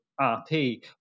RP